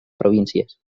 províncies